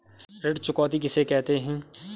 ऋण चुकौती किसे कहते हैं?